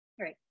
Right